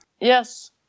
Yes